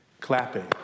clapping